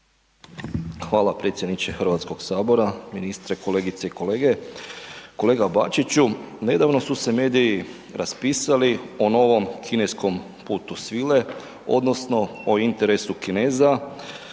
Hvala predsjedniče HS-a, ministre, kolegice i kolege. Kolega Bačiću, nedavno su se mediji raspisali o novom kineskom Putu svile, odnosno o interesu Kineza